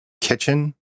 kitchen